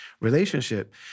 relationship